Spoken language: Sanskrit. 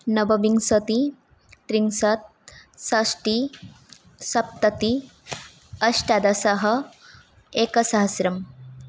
नवविंशतिः त्रिंशत् षष्टिः सप्ततिः अष्टादश एकसहस्रम्